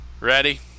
Ready